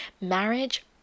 marriage